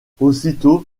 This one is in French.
aussitôt